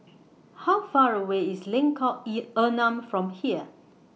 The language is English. How Far away IS Lengkong Enam from here